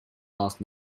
last